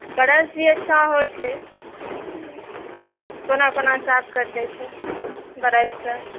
brush भी अच्छा होइ छै कोना कोना साफ करि दय छै ब्रशसँ